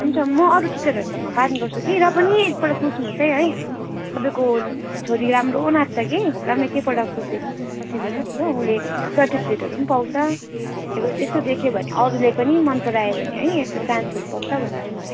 हुन्छ म अरू टिचरहरूसँग बात गर्छु कि र पनि एकपल्ट सोच्नुहोस् है तपाईँको छोरी राम्रो नाच्छ कि र म एकैपल्ट सोधिदिनु न सोचिदिनु होस् हो उसले सर्टिफिकेटहरू पनि पाउँछ तपाईँको त्यस्तो देख्यो भने अरूले पनि मन मनपरायो भने है यस्तो चान्सहरू पाउँछ भनेर नि